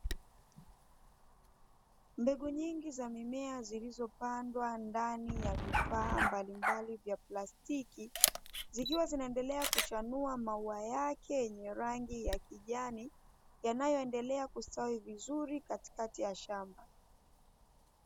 Mbegu nyingi za mimea zilizopandwa ndani ya vifaa mbalimbali vya plastiki, zikiwa zinaendelea kuchanua maua yake yenye rangi ya kijani, yanayoendelea kustawi vizuri katikati ya shamba.